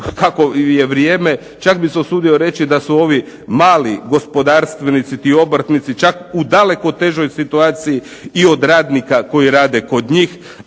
kakvo je vrijeme čak bih se usudio reći da su ovi mali gospodarstvenici, ti obrtnici čak u daleko težoj situaciji i od radnika koji rade kod njih,